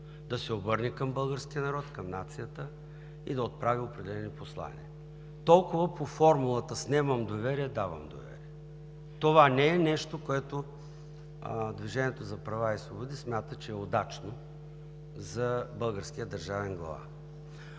да се обърне към българския народ, към нацията и да отправи определени послания. Толкова по формулата „снемам доверие – давам доверие“. Това не е нещо, което „Движението за права и свободи“ смята, че е удачно за българския държавен глава.